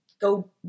go